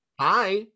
Hi